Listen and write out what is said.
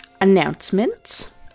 Announcements